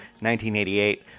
1988